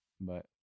but-